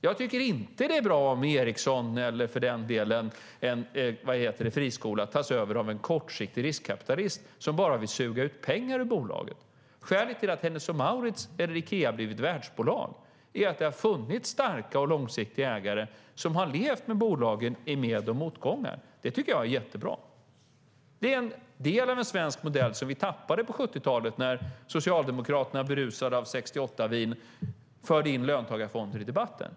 Jag tycker inte att det är bra om Ericsson eller, för den delen, en friskola tas över av en kortsiktig riskkapitalist som bara vill suga ut pengar ur bolaget. Skälet till att Hennes & Mauritz och Ikea har blivit världsbolag är att det har funnits starka och långsiktiga ägare som har levt med bolagen i med och motgångar. Det tycker jag är jättebra. Det är en del av en svensk modell som vi tappade på 70-talet när Socialdemokraterna, berusade av 68-vin, förde in löntagarfonder i debatten.